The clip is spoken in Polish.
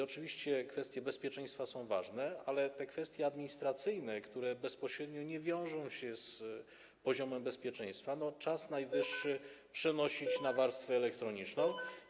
Oczywiście kwestie bezpieczeństwa są ważne, ale kwestie administracyjne, które bezpośrednio nie wiążą się z poziomem bezpieczeństwa, czas najwyższy przenosić na warstwę elektroniczną.